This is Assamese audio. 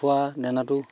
খোৱা দানাটো